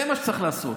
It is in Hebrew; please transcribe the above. זה מה שצריך לעשות.